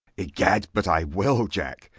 egad, but i will, jack.